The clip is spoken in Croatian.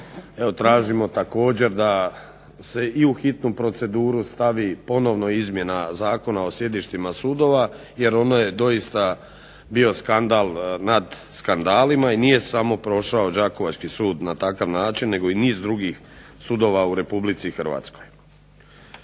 tražimo također da se u hitnu proceduru stavi ponovno izmjena Zakona o sjedištima sudova, jer ono je doista bio skandal nad skandalima i nije prošao samo Đakovački sud na takav način nego i niz drugih sudova u Republici Hrvatskoj.